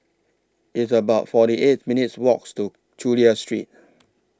It's about forty eight minutes' Walk to Chulia Street